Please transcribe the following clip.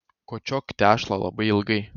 kočiok tešlą labai ilgai